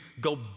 go